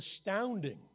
astounding